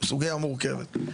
סוגיה מורכבת.